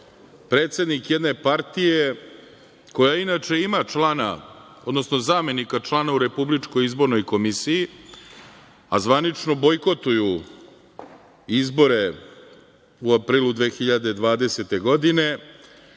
predsednik jedne partije koja inače ima člana, odnosno zamenika člana u RIK-u, a zvanično bojkotuju izboru u aprilu 2020. godine,